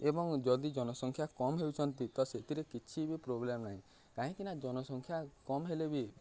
ଏବଂ ଯଦି ଜନସଂଖ୍ୟା କମ୍ ହେଉଛନ୍ତି ତ ସେଥିରେ କିଛି ବି ପ୍ରୋବ୍ଲେମ୍ ନାହିଁ କାହିଁକିନା ଜନସଂଖ୍ୟା କମ୍ ହେଲେ ବି